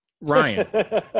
Ryan